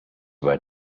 were